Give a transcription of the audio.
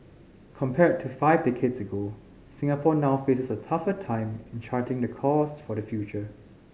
compared to five decades ago Singapore now faces a tougher time in charting the course for the future